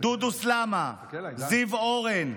דודו סלמה, זיו אורן,